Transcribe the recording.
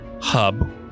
hub